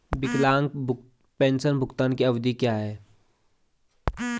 विकलांग पेंशन भुगतान की अवधि क्या है?